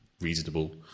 reasonable